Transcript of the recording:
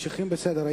אדוני